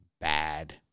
bad